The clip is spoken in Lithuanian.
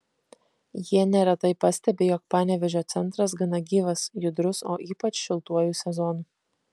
jie neretai pastebi jog panevėžio centras gana gyvas judrus o ypač šiltuoju sezonu